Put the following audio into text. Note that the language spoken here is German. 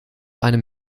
einem